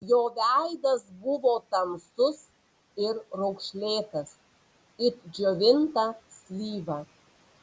jo veidas buvo tamsus ir raukšlėtas it džiovinta slyva